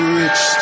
rich